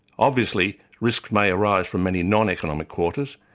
obviously, risk may arise from any non-economic quarters,